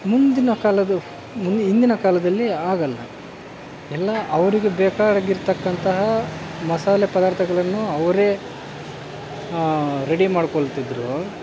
ಮುಂದಿನ ಕಾಲದ ಮುಂದೆ ಇಂದಿನ ಕಾಲದಲ್ಲಿ ಹಾಗಲ್ಲ ಎಲ್ಲ ಅವರಿಗೆ ಬೇಕಾಗಿರತಕ್ಕಂತಹ ಮಸಾಲೆ ಪದಾರ್ಥಗಳನ್ನು ಅವರೇ ರೆಡಿ ಮಾಡ್ಕೊಳ್ತಿದ್ರು